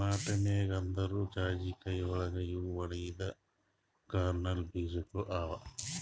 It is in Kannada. ನಟ್ಮೆಗ್ ಅಂದುರ್ ಜಾಯಿಕಾಯಿಗೊಳ್ ಇವು ಒಣಗಿದ್ ಕರ್ನಲ್ ಬೀಜಗೊಳ್ ಅವಾ